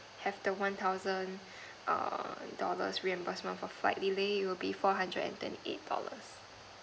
have the one thousand err dollars reimbursement for flight delay it'll be four hundred and twenty eight dollars